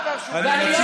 אני לא,